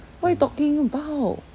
what you talking about